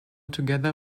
together